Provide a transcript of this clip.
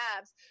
abs